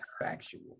factual